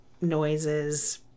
noises